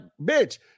bitch